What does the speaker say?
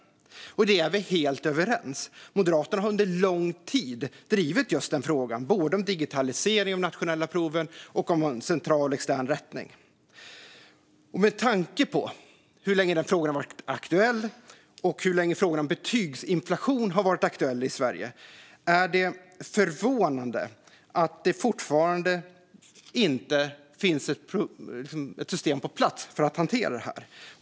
I det är vi helt överens; Moderaterna har under lång tid drivit frågan om digitalisering av de nationella proven och extern rättning. Med tanke på hur länge den frågan har varit aktuell - och hur länge frågan om betygsinflation har varit aktuell i Sverige - är det förvånande att det fortfarande inte finns ett system på plats för att hantera detta.